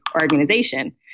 organization